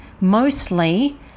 mostly